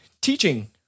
teaching